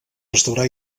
restaurar